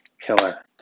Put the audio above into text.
killer